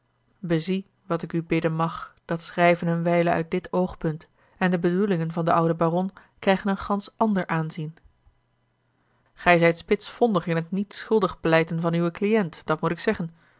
bezie wat ik u bidden mag dat schrijven eene wijle uit dit oogpunt en de bedoelingen van den ouden baron krijgen een gansch ander aanzien gij zijt spitsvondig in het niet schuldig pleiten van uwen cliënt dat moet ik zeggen